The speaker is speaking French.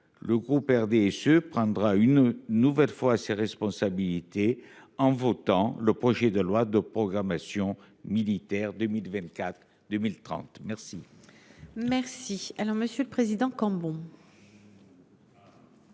Le groupe RDSE prendra une nouvelle fois ses responsabilités en votant le projet de loi de programmation militaire 2024 2030 merci. Merci. Alors Monsieur le Président Cambon.